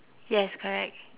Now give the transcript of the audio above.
yes correct